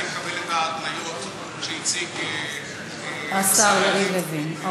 אני מקבל את ההתניות שהציג השר לוין.